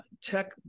Tech